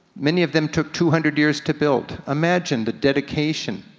many of them took two hundred years to build. imagine the dedication